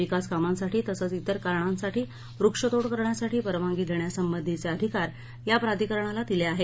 विकास कामांसाठी तसंच इतर कारणासाठी वृक्षतोड करण्यासाठी परवानगी देण्यासंबधीचे अधिकार या प्राधिकरणाला दिले आहेत